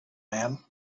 man